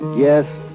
Yes